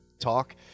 talk